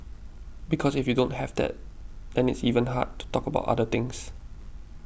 because if you don't have that then it's even hard to talk about other things